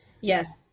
yes